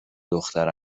دختر